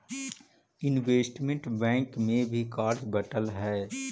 investment bank में भी कार्य बंटल हई